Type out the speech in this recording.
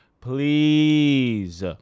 please